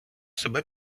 себе